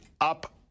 up